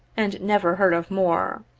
and never heard of more.